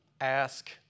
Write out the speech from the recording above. Ask